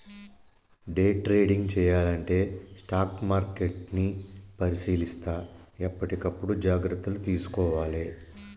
day trading చెయ్యాలంటే stock మార్కెట్ని పరిశీలిత్తా ఎప్పటికప్పుడు జాగర్తలు తీసుకోవాలే